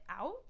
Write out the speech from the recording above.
out